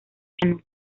piano